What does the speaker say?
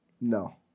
No